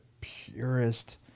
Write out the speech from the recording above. purest